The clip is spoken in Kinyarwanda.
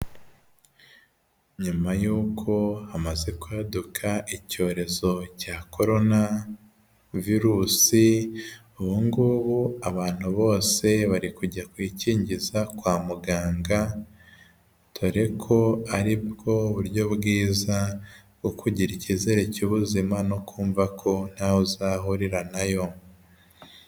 Nyuma y'uko hamaze kwaduka icyorezo cya korona virusi, ubu ngubu abantu bose bari kujya kwikingiza kwa muganga, dore ko aribwo buryo bwiza bwo kugira icyizere cy'ubuzima no kumva ko ntaho uzahurira nayo.